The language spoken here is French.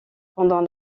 pendant